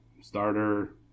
starter